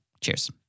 Cheers